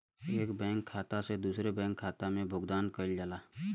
एक बैंक खाता से दूसरे बैंक खाता में भुगतान कइल जाला